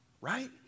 right